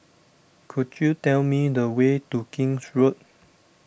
could you tell me the way to King's Road